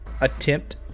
attempt